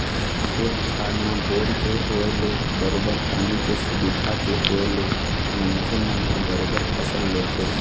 खेत खार म बोर के होय ले बरोबर पानी के सुबिधा के होय ले मनखे मन ह बरोबर फसल लेथे